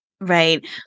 Right